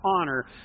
honor